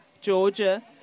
Georgia